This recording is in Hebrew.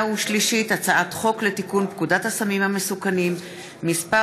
הצעת חוק לתיקון פקודת הסמים המסוכנים (מס'